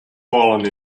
fallen